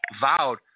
vowed